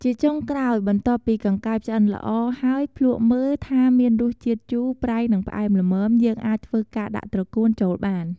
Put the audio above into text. ជាចុងក្រោយ បន្ទាប់ពីកង្កែបឆ្អិនល្អ ហើយភ្លក់មើលថាមានរសជាតិ ជូរ ប្រៃ និងផ្អែមល្មម យើងអាចធ្វើការដាក់ត្រកួន ចូលបាន។